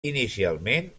inicialment